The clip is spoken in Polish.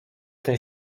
ten